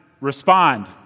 respond